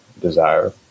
desire